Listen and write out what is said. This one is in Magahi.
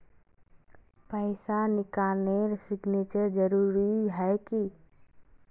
पैसा निकालने सिग्नेचर जरुरी है की?